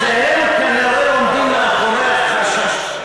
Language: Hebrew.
שהם כנראה עומדים מאחורי החשש,